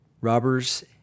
robbers